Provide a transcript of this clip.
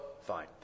Fine